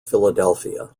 philadelphia